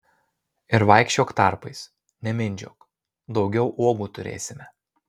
ir vaikščiok tarpais nemindžiok daugiau uogų turėsime